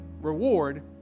reward